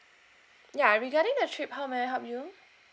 ya regarding the trip how may I help you